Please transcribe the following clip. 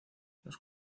los